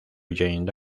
jeanne